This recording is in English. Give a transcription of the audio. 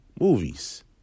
movies